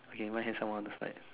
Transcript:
okay might have someone on the slides